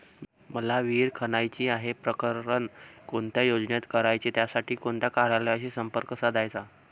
मला विहिर खणायची आहे, प्रकरण कोणत्या योजनेत करायचे त्यासाठी कोणत्या कार्यालयाशी संपर्क साधायचा?